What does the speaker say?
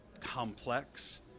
complex